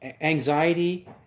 anxiety